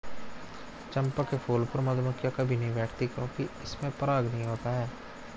चंपा के फूल पर मधुमक्खियां कभी नहीं बैठती हैं क्योंकि इसमें पराग नहीं होता है